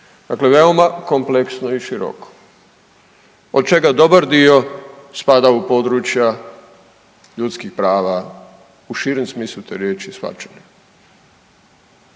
Dakle, veoma kompleksno i široko od čega dobar dio spada u područja ljudskih prava u širem smislu te riječi i shvaćanja.